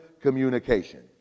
communication